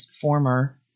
former